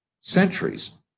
centuries